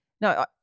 No